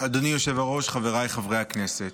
אדוני היושב-ראש, חבריי חברי הכנסת,